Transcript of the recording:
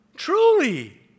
Truly